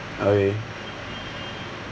okay